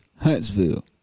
Huntsville